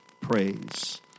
praise